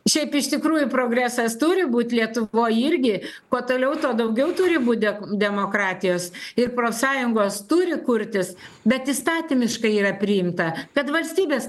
šiaip iš tikrųjų progresas turi būt lietuvoj irgi kuo toliau tuo daugiau turi būt demokratijos ir profsąjungos turi kurtis bet įstatymiškai yra priimta kad valstybės